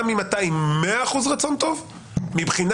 גם אם אתה עם מאה אחוז רצון טוב, מבחינה